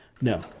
No